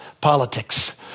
politics